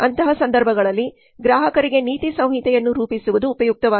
ಅಂತಹ ಸಂದರ್ಭಗಳಲ್ಲಿ ಗ್ರಾಹಕರಿಗೆ ನೀತಿ ಸಂಹಿತೆಯನ್ನು ರೂಪಿಸುವುದು ಉಪಯುಕ್ತವಾಗಿದೆ